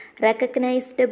recognized